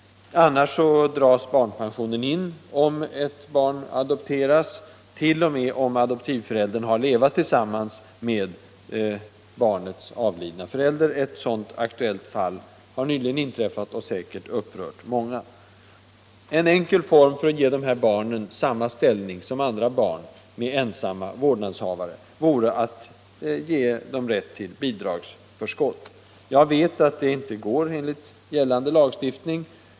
Annars dras barnpensionen in om barn adopterats —t.o.m. om adoptivföräldern har levat tillsammans med barnets avlidna förälder. Ett sådant fall, som nyligen inträffat, har säkerligen upprört många. En enkel form för att ge dessa barn samma ställning som andra barn med ensamma vårdnadshavare, vore att ge dem rätt till bidragsförskott. Jag vet att detta inte går att genomföra med gällande lagstiftning.